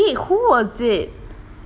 dey who was it